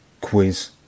quiz